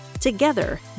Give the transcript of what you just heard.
Together